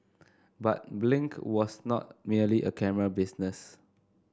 but Blink was not merely a camera business